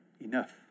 enough